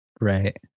Right